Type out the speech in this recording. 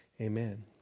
Amen